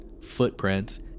footprints